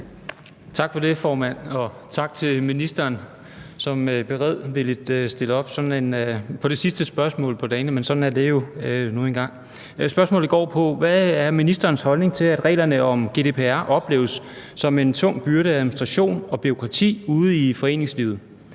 Tak for det, formand, og tak til ministeren, som beredvilligt stiller op til besvarelse af dagens sidste spørgsmål, men sådan er det nu engang. Spørgsmålet går på: Hvad er ministerens holdning til, at reglerne om GDPR opleves som en tung byrde af administration og bureaukrati ude i foreningslivet,